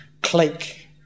click